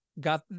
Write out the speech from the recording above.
got